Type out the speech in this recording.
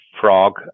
frog